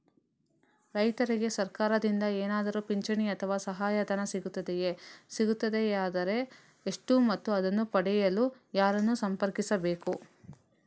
ರೈತರಿಗೆ ಸರಕಾರದಿಂದ ಏನಾದರೂ ಪಿಂಚಣಿ ಅಥವಾ ಸಹಾಯಧನ ಸಿಗುತ್ತದೆಯೇ, ಸಿಗುತ್ತದೆಯಾದರೆ ಎಷ್ಟು ಮತ್ತು ಅದನ್ನು ಪಡೆಯಲು ಯಾರನ್ನು ಸಂಪರ್ಕಿಸಬೇಕು?